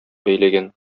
бәйләгән